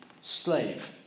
slave